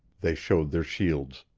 they showed their shields.